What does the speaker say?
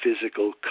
physical